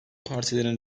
partilerin